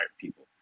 people